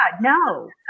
No